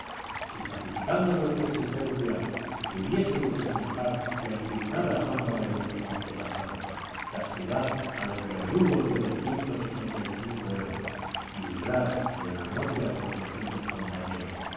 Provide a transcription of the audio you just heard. si sacrificando vuestra existencia pudieseis desenojar la indignada sombra de vuestros antepasados castigar a los verdugos de doscientos ochenta y cinco héroes y librar de la muerte a doscientos compañeros